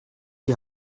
die